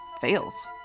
fails